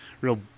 real